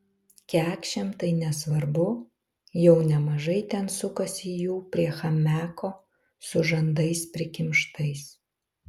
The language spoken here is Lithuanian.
kekšėm tai nesvarbu jau nemažai ten sukasi jų prie chamiako su žandais prikimštais